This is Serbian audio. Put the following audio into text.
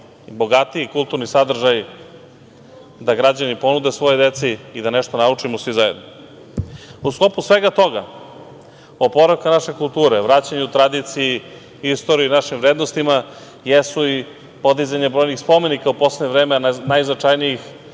bogatiji kulturni sadržaj da građani ponude svojoj deci i da nešto naučimo svi zajedno.U sklopu svega toga, oporavka naše kulture, vraćanju tradiciji, istoriji, našim vrednostima jesu i podizanje brojnih spomenika u poslednje vreme, najznačajnijih